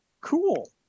cool